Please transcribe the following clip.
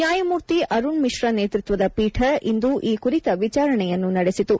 ನ್ಯಾಯಮೂರ್ತಿ ಅರುಣ್ಮಿಶ್ರಾ ನೇತೃತ್ವದ ಪೀಠ ಇಂದು ಈ ಕುರಿತ ವಿಚಾರಣೆಯನ್ನು ನಡೆಸಿತು